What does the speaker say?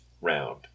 round